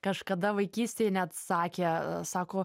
kažkada vaikystėj net sakė sako